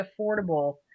affordable